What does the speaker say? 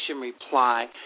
reply